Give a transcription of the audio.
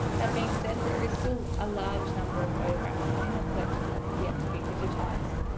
that being said there is still a large number of photographs in the collection that have yet to be digitized.